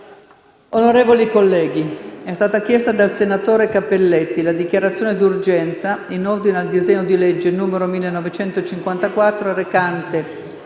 Onorevoli colleghi, è stata chiesta dal senatore Cappelletti la dichiarazione d'urgenza in ordine al disegno di legge n. 1954, recante